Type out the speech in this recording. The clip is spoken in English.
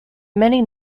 many